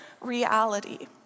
reality